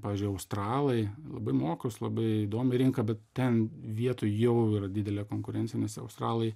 pavyzdžiui australai labai mokūs labai įdomi rinka bet ten vietoj jau yra didelė konkurencija nes australai